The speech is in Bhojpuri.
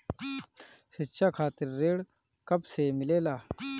शिक्षा खातिर ऋण कब से मिलेला?